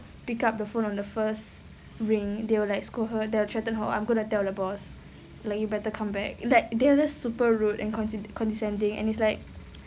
pick up the phone on the first ring they will like scold her they will like threatened her like I'm going to tell the boss like you better come back like they are just super rude and consdescend~ condescending and it's like